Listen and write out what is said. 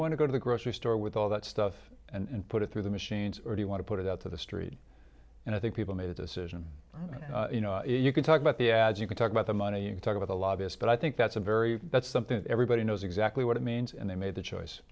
want to go to the grocery store with all that stuff and put it through the machines or do you want to put it out to the street and i think people made a decision you know you can talk about the ads you can talk about the money you talk about a lobbyist but i think that's a very that's something that everybody knows exactly what it means and they made the choice